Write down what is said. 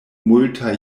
multaj